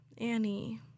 Annie